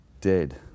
dead